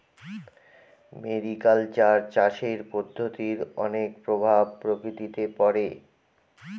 mariculture চাষের পদ্ধতির অনেক প্রভাব প্রকৃতিতে পড়ে